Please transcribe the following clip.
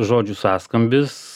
žodžių sąskambis